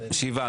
שבעה.